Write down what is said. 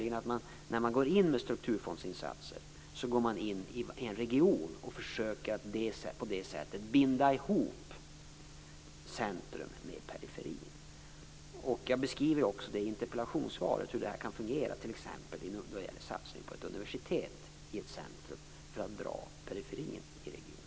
När man går in med strukturfondsinsatser går man in i en region och försöker på det sättet att binda ihop centrumen med periferin. Jag beskriver också i interpellationssvaret hur det här kan fungera, t.ex. då det gäller satsningen på ett universitet i ett centrum för en bra periferi i regionen.